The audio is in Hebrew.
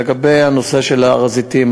לגבי הנושא של הר-הזיתים,